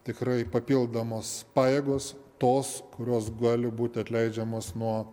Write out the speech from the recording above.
tikrai papildomos pajėgos tos kurios gali būti atleidžiamos nuo